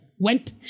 Went